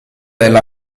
della